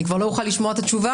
אני כבר לא אוכל לשמוע את התשובה,